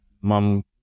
mom